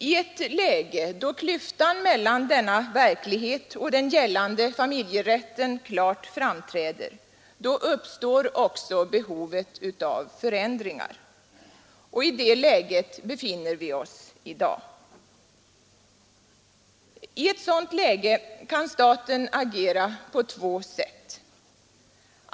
I ett läge då klyftan mellan denna verklighet och den gällande familjerätten klart framträder uppstår också behovet av förändringar. I det läget befinner vi oss i dag. Staten kan då agera på två sätt.